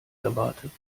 erwartet